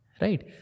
Right